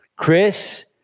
Chris